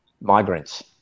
migrants